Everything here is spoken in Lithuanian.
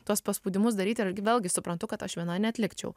tuos paspaudimus daryti irgi vėlgi suprantu kad aš viena neatlikčiau